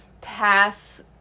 Pass